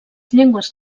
llengües